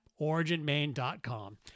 OriginMain.com